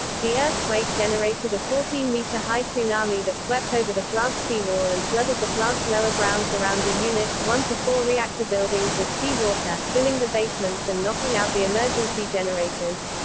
the earthquake generated a fourteen meter high tsunami that swept over the plant's seawall and flooded the plant's lower grounds around the units one four reactor buildings with sea water, filling the basements and knocking out the emergency generators.